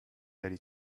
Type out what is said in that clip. aller